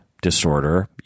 disorder